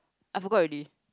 I forgot already